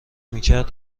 میکرد